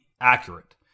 accurate